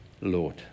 Lord